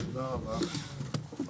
הישיבה ננעלה בשעה 14:25.